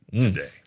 Today